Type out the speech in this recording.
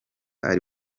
ari